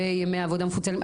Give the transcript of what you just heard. וימי עבודה מפוצלים".